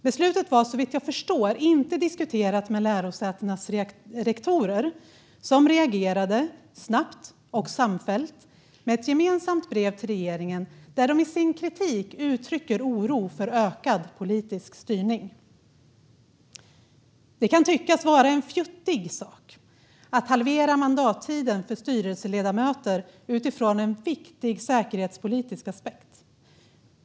Beslutet hade, såvitt jag förstår, inte diskuterats med lärosätenas rektorer, som reagerade snabbt och samfällt med ett gemensamt brev till regeringen där de i sin kritik uttrycker oro för ökad politisk styrning. Det kan tyckas vara en fjuttig sak att halvera mandattiden för styrelseledamöter utifrån en viktig säkerhetspolitisk aspekt.